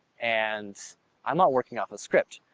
and i'm not working off a script,